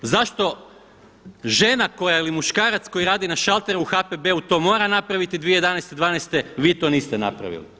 Zašto žena ili muškarac koji radi na šalteru u HPB-u to mora napraviti 2011., 2012. vi to niste napravili?